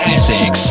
Essex